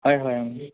হয় হয়